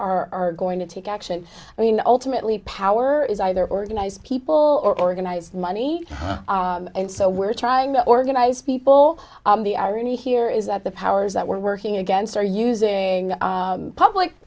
are going to take action i mean ultimately power is either organized people or organized money and so we're trying to organize people the irony here is that the powers that we're working against are using public